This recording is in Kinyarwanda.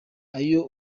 iyo